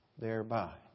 thereby